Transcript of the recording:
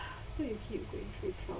so you keep going through trau~